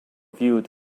viewed